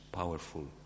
powerful